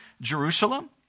Jerusalem